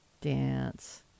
dance